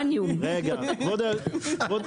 כבוד יושב הראש,